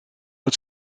het